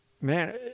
man